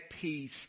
peace